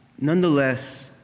nonetheless